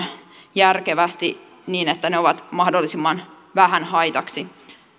järkevästi niin että ne ovat mahdollisimman vähän haitaksi